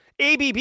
Abb